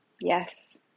Yes